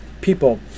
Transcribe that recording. people